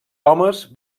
homes